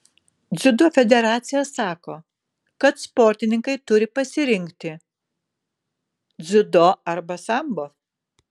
dziudo federacija sako kad sportininkai turi pasirinkti dziudo arba sambo